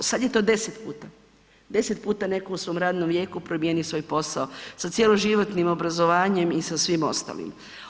Sada je to deset puta, deset puta neko u svom radnom vijeku promijeni svoj posao sa cjeloživotnim obrazovanjem i sa svim ostalim.